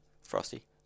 Frosty